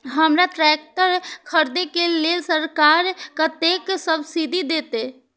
हमरा ट्रैक्टर खरदे के लेल सरकार कतेक सब्सीडी देते?